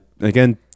Again